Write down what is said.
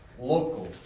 local